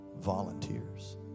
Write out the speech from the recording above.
volunteers